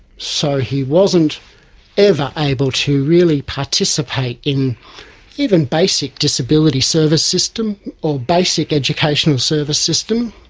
so he wasn't ever able to really participate in even basic disability service systems or basic educational service systems.